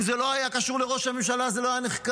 אם זה לא היה קשור לראש הממשלה, זה לא היה נחקר.